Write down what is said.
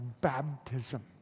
baptism